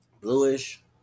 bluish